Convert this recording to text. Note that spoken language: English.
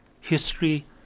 history